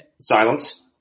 Silence